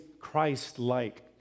christ-like